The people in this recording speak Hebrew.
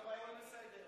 התשפ"ג 2023,